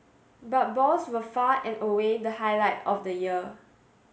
but balls were far and away the highlight of the year